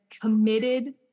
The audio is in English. committed